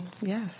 Yes